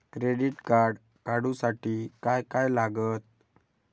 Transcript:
Credit card काढूसाठी काय काय लागत?